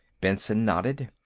benson nodded.